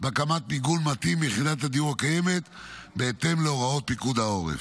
בהקמת מיגון מתאים ביחידת הדיור הקיימת בהתאם להוראות פיקוד העורף.